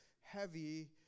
heavy